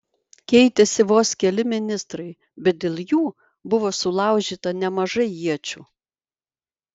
keitėsi vos keli ministrai bet dėl jų buvo sulaužyta nemažai iečių